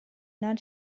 not